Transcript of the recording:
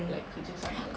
like kerja sana